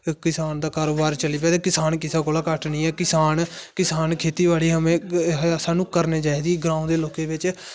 किसान दा कोराबार चली पवै ते किसान कुसै कोला घट्ट नेईं ऐ किसान किसान खेतीबाड़ी स्हानूं करनी चाहिदी ग्रां दे लोके बिच